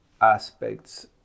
aspects